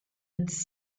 its